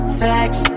facts